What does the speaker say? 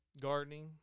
Gardening